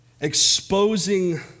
exposing